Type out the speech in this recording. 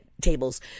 tables